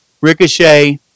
Ricochet